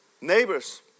neighbors